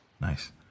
Nice